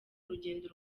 urugendo